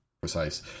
precise